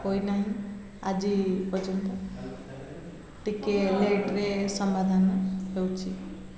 ହୋଇନାହିଁ ଆଜି ପର୍ଯ୍ୟନ୍ତ ଟିକେ ଲେଟ୍ରେ ସମାଧାନ ହେଉଛି